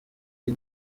iyi